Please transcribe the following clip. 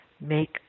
make